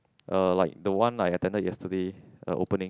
uh like the one I attended yesterday a opening